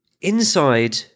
Inside